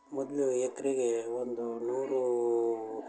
ಮೊದಲು ಎಕರೆಗೇ ಒಂದು ನೂರು